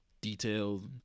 detailed